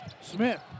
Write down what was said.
Smith